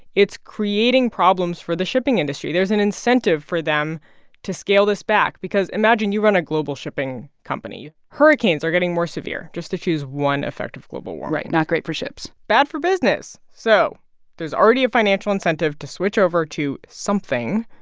it's creating problems for the shipping industry. there's an incentive for them to scale this back because imagine you run a global shipping company. hurricanes are getting more severe, just to choose one effect of global warming right. not great for ships bad for business. so there's already a financial incentive to switch over to something,